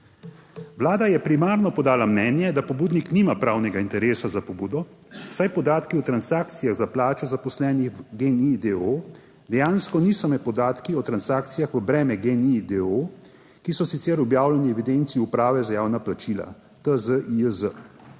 Vlada je primarno podala mnenje, da pobudnik nima pravnega interesa za pobudo, saj podatki o transakcijah za plače zaposlenih v GEN-I d. o. o. dejansko niso le podatki o transakcijah v breme GEN-I d. o. o., ki so sicer objavljeni v evidenci Uprave za javna plačila TZIJZ,